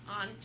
on